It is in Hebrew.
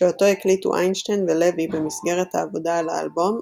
שאותו הקליטו איינשטיין ולוי במסגרת העבודה על האלבום,